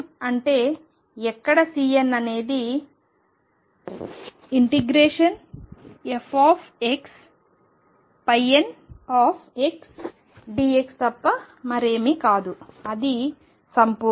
Cm అంటే ఎక్కడ Cn అనేది fxndx తప్ప మరేమీ కాదు అది సంపూర్ణత అవసరం